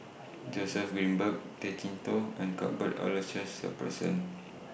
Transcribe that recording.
Joseph Grimberg Tay Chee Toh and Cuthbert Aloysius Shepherdson